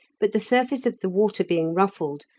but the surface of the water being ruffled,